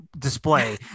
display